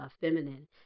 feminine